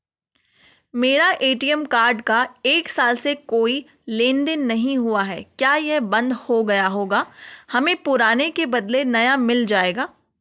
मेरा ATM card का एक साल से कोई लेन देन नहीं हुआ है क्या यह बन्द हो गया होगा हमें पुराने के बदलें नया मिल जाएगा?